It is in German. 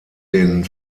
den